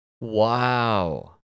Wow